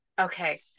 Okay